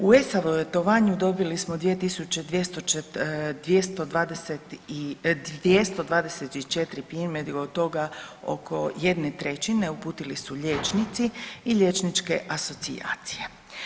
U e-savjetovanju dobili smo 2224 primjedbe, od toga oko 1/3 uputili su liječnici i liječničke asocijacije.